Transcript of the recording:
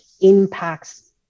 impacts